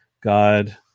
God